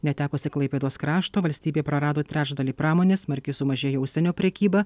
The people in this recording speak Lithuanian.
netekusi klaipėdos krašto valstybė prarado trečdalį pramonės smarkiai sumažėjo užsienio prekyba